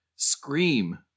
scream